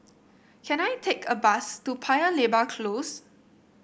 can I take a bus to Paya Lebar Close